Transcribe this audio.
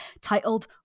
titled